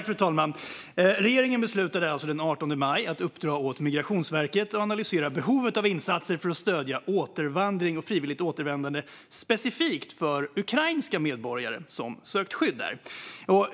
Fru talman! Regeringen beslutade alltså den 18 maj att uppdra åt Migrationsverket att analysera behovet av insatser för att stödja återvandring och frivilligt återvändande specifikt för ukrainska medborgare som sökt skydd här.